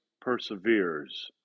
perseveres